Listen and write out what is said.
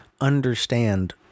understand